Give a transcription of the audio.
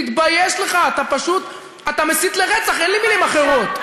תתבייש לך, אתה מסית לרצח, אין לי מילים אחרות.